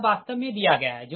यह वास्तव मे दिया गया है